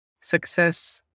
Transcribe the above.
Success